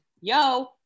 yo